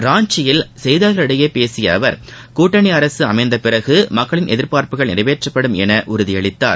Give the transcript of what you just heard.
ராஞ்சியில் செய்தியாளர்களிடம் பேசிய அவர் கூட்டணி அரசு அமைந்த பிறகு மக்களின் எதிர்பார்ப்புகள் நிறைவேற்றப்படும் என உறுதி அளித்தார்